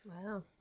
Wow